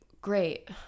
great